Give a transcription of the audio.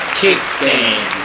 kickstand